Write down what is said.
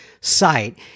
site